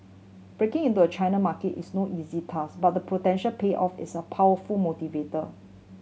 breaking into a China market is no easy task but the potential payoff is a powerful motivator